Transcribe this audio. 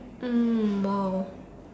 mm !wow!